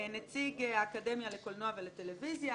נציג האקדמיה לקולנוע ולטלוויזיה,